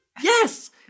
Yes